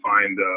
find